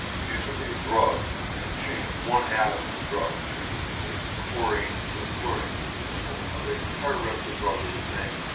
if you took a drug and changed one atom in the drug, changed a chlorine into a fluorine for example, or the entire rest of the drug were the same,